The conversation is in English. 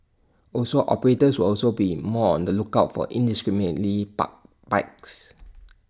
also operators will also be in more on the lookout for indiscriminately parked bikes